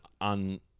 on